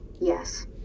yes